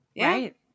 Right